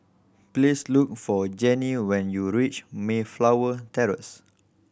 please look for Jennie when you reach Mayflower Terrace